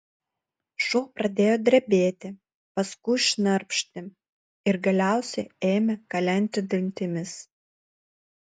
šuo pradėjo drebėti paskui šnarpšti ir galiausiai ėmė kalenti dantimis